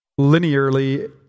linearly